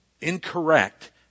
incorrect